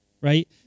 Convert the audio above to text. right